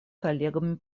коллегами